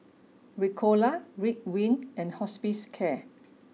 Ricola Ridwind and Hospicare